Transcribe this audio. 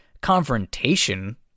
confrontation